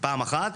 פעם אחת.